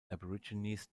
aborigines